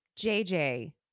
JJ